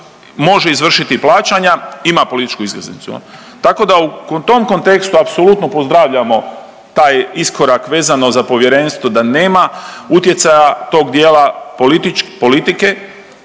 može izvršiti plaćanja ima političku iskaznicu jel. Tako da u tom kontekstu apsolutno pozdravljamo taj iskorak vezano za povjerenstvo da nema utjecaja tog dijela politike,